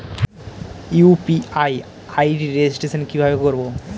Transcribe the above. UPI ID registration কিভাবে করব?